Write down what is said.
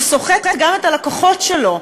הוא סוחט גם את הלקוחות שלו.